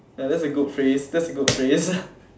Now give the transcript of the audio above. that's a good phrase that's a good phrase